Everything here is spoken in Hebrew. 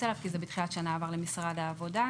אליו כי בתחילת שנה זה עבר למשרד העבודה.